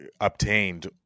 obtained